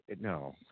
no